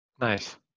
Nice